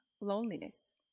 loneliness